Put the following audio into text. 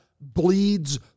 bleeds